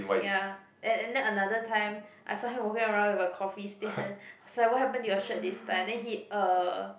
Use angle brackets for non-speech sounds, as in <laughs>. ya and and then another time I saw him walking around with a coffee stain <laughs> I was like what happen to your shirt this time then he err